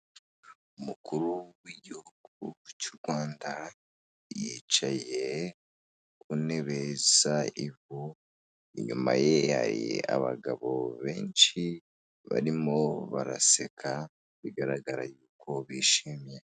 Umukuru w'igihugu cy'u Rwanda yicaye ku ntebe isa ivu, inyuma ye hari abagabo benshi barimo baraseka bigaragara yuko bishimye.